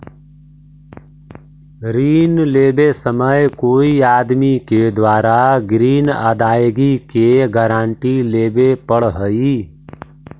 ऋण लेवे समय कोई आदमी के द्वारा ग्रीन अदायगी के गारंटी लेवे पड़ऽ हई